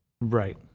Right